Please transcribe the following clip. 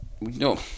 No